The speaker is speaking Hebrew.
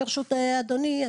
ברשות אדוני,